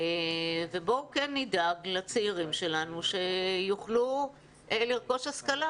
ובואו כן נדאג לצעירים שלנו שיוכלו לרכוש השכלה.